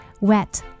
Wet